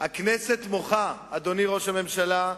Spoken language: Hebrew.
אדוני ראש הממשלה,